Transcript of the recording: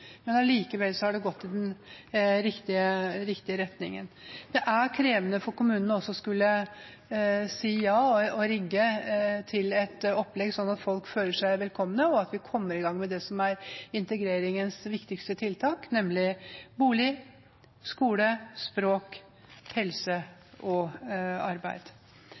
men likevel har det gått i den riktige retningen. Det er krevende for kommunene å skulle si ja og rigge til et opplegg sånn at folk føler seg velkomne, og sånn at vi kommer i gang med det som er integreringens viktigste tiltak – nemlig bolig, skole, språk, helse og arbeid.